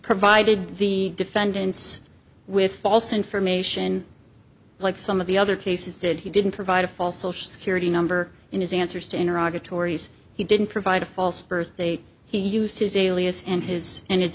provided the defendants with false information like some of the other cases did he didn't provide a fall social security number in his answers to iraq a tori's he didn't provide a false birth date he used his alias and his and his